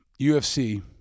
UFC